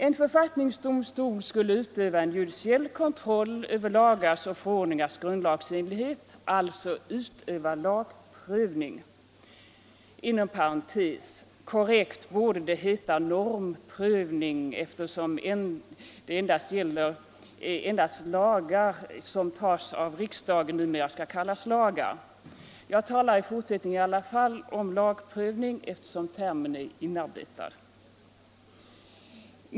En författningsdomstol skulle utöva judiciell kontroll över lagars och förordningars grundlagsenlighet, alltså utöva lagprövning. — Korrekt borde det heta normprövning eftersom lagar numera endast skall beteckna riksdagens produkter. Jag talar i fortsättningen i alla fall om lagprövning, eftersom termen är inarbetad.